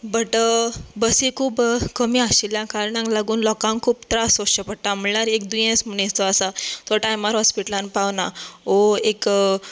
but बसी खूब कमी आशिल्ल्या कारणाक लागून लोकांक खूब त्रास सोंसचे पडटात म्हणल्यार एक दुयेंस मनीस जो आसा तो टायमार हॉस्पिटलांत पावना वा